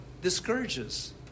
discourages